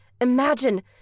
Imagine